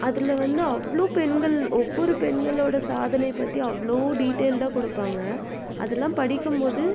அதில் வந்து அவ்வளோ பெண்கள் ஒவ்வொரு பெண்களோடய சாதனை பற்றி அவ்வளோ டீட்டெய்ல்டாக கொடுப்பாங்க அதலாம் படிக்கும் போது